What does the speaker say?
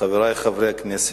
חברי חברי הכנסת,